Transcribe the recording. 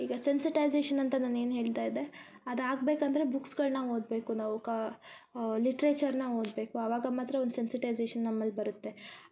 ಈಗ ಸೆನ್ಸೆಟೈಸೇಷನ್ ಅಂತ ನಾನು ಏನು ಹೇಳ್ತಾಯಿದ್ದೆ ಅದು ಆಗ್ಬೇಕು ಅಂದರೆ ಬುಕ್ಸ್ಗಳನ್ನ ಓದಬೇಕು ನಾವು ಲಿಟ್ರೇಚರ್ನ ಓದಬೇಕು ಅವಾಗ ಮಾತ್ರ ಒಂದು ಸೆನ್ಸೆಟೈಸೇಷನ್ ನಮ್ಮಲ್ಲಿ ಬರತ್ತೆ ಆ ಅದು